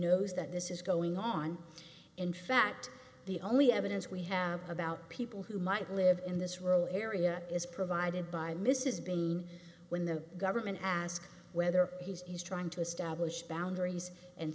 knows that this is going on in fact the only evidence we have about people who might live in this rural area is provided by mrs bin when the government ask whether he's trying to establish boundaries and